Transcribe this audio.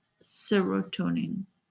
serotonin